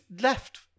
left